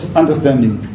understanding